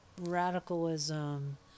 radicalism